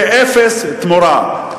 ואפס תמורה.